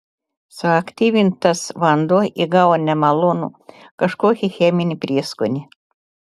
suaktyvintas vanduo įgavo nemalonų kažkokį cheminį prieskonį